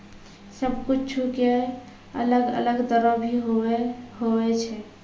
सब कुछु के अलग अलग दरो भी होवै छै